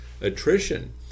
attrition